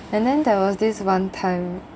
and then there was this one time